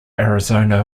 arizona